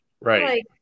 Right